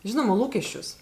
žinoma lūkesčius